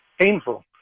painful